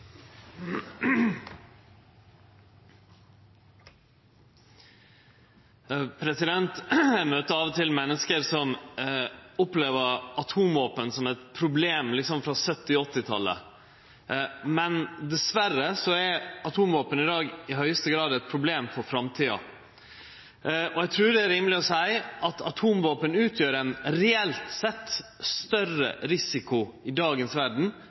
av og til menneske som opplev atomvåpen som eit problem frå 1970-talet og 1980-talet, men dessverre er atomvåpen i dag i høgste grad eit problem for framtida. Eg trur det er rimeleg å seie at atomvåpen utgjer ein reelt sett større risiko i dagens